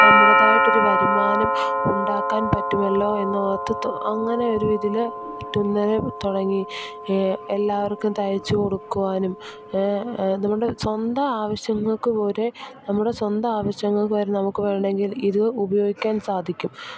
നമ്മടേതായിട്ട് ഒരു വരുമാനം ഉണ്ടാക്കാൻ പറ്റുമല്ലോ എന്ന് ഓർത്തു അങ്ങനെ ഒരു ഇതിൽ തുന്നൽ തുടങ്ങി എല്ലാവർക്കും തയ്ച്ചു കൊടുക്കുവാനും അതുകൊണ്ട് സ്വന്തം ആവശ്യങ്ങൾക്ക് വരെ നമ്മുടെ സ്വന്തം ആവശ്യങ്ങൾക്ക് വരെ നമുക്ക് വേണമെങ്കിൽ ഇതു ഉപയോഗിക്കാൻ സാധിക്കും